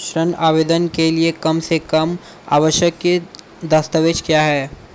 ऋण आवेदन के लिए कम से कम आवश्यक दस्तावेज़ क्या हैं?